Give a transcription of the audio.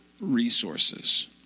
resources